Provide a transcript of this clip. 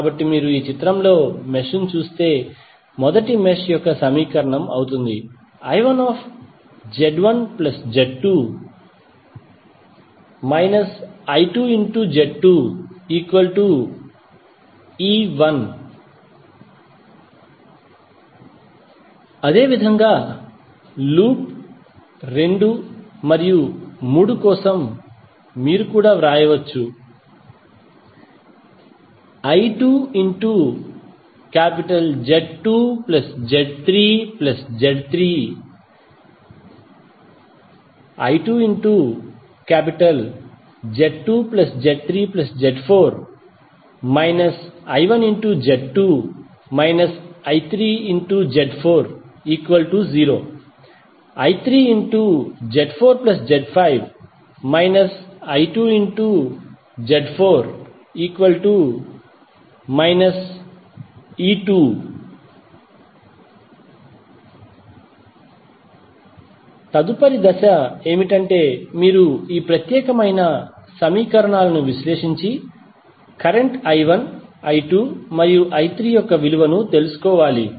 కాబట్టి మీరు ఈ చిత్రంలో మెష్ ను చూస్తే మొదటి మెష్ యొక్క సమీకరణం అవుతుంది I1Z1Z2 I2Z2E1 అదేవిధంగా లూప్ రెండు మరియు మూడు కోసం మీరు కూడా వ్రాయవచ్చు I2Z2Z3Z4 I1Z2 I3Z40 I3Z4Z5 I2Z4 E2 తదుపరి దశ ఏమిటంటే మీరు ఈ ప్రత్యేకమైన సమీకరణాలను విశ్లేషించి కరెంట్ I1 I2 మరియు I3 యొక్క విలువను తెలుసుకోవాలి